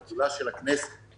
זה פעולה של הכנסת.